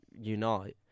unite